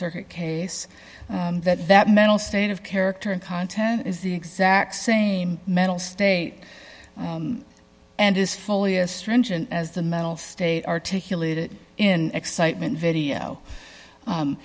circuit case that that mental state of character and content is the exact same mental state and is fully as stringent as the mental state articulated in excitement video